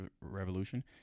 Revolution